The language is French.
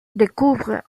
découvre